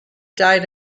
died